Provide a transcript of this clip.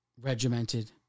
regimented